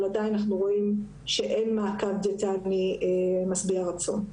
אנחנו עדיין רואים שאין מעקב דיאטני משביע רצון.